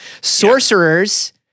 Sorcerers